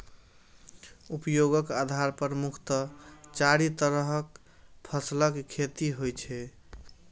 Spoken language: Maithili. उपयोगक आधार पर मुख्यतः चारि तरहक फसलक खेती होइ छै